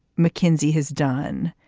mckinsey has done,